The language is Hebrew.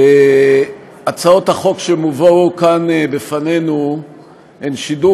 הצעות החוק שהובאו כאן לפנינו הן שידור